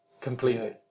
completely